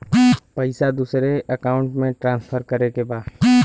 पैसा दूसरे अकाउंट में ट्रांसफर करें के बा?